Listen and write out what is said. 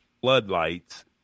floodlights